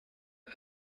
ist